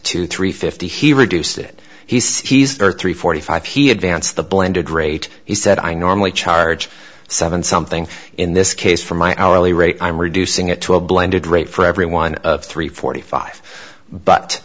to three fifty he reduced it he's thirty three forty five he advanced the blended rate he said i normally charge seven something in this case for my hourly rate i'm reducing it to a blended rate for every one of three forty five but